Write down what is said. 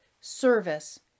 service